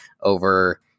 over